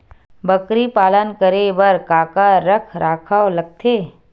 बकरी पालन करे बर काका रख रखाव लगथे?